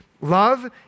love